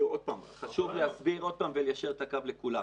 חשוב להסביר עוד פעם וליישר את הקו לכולם.